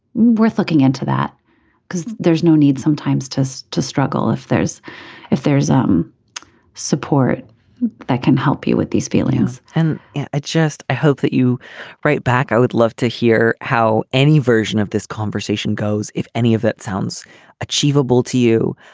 worth looking into that because there's no need sometimes just to struggle if there's if there's some um support that can help you with these feelings and i just i hope that you write back i would love to hear how any version of this conversation goes if any of that sounds achievable to you.